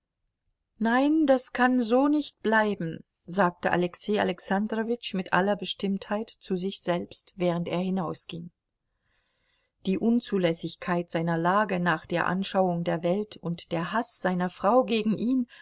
nein das kann nicht so bleiben sagte alexei alexandrowitsch mit aller bestimmtheit zu sich selbst während er hinausging die unzulässigkeit seiner lage nach der anschauung der welt und der haß seiner frau gegen ihn